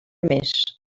més